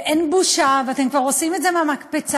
ואין בושה ואתם כבר עושים את זה מהמקפצה,